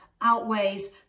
outweighs